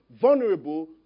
vulnerable